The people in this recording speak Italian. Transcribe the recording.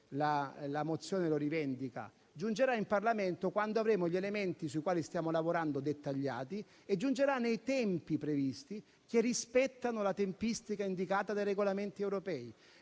la mozione lo rivendica, quando gli elementi sui quali stiamo lavorando saranno dettagliati, e giungerà nei tempi previsti che rispettano la tempistica indicata dai regolamenti europei.